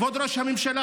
כבוד ראש הממשלה,